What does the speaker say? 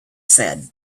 said